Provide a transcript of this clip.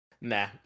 nah